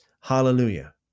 Hallelujah